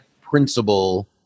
principle